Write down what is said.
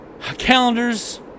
Calendars